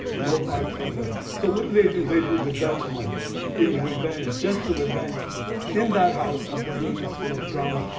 no parts for them. so what do they do? they do the dutchman in the revenge, just to revenge in that house at the goodman school of drama.